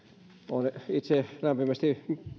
olen itse lämpimästi